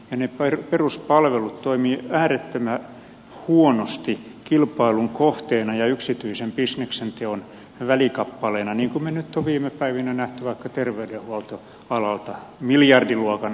ne peruspalvelut toimivat äärettömän huonosti kilpailun kohteena ja yksityisen bisneksen teon välikappaleena niin kuin me nyt olemme viime päivinä nähneet vaikka terveydenhuoltoalalla miljardiluokan asioita